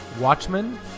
Watchmen